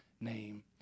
name